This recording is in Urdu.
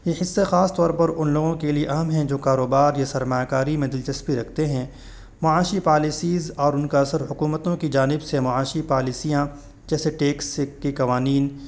یہ حصہ خاص طور پر ان لوگوں کے لیے اہم ہیں جو کاروبار یا سرمایہ کاری میں دلچسپی رکھتے ہیں معاشی پالیسیز اور ان کا اثر حکومتوں کی جانب سے معاشی پالیسیاں جیسے ٹیکس کی قوانین